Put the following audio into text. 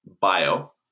bio